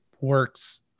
works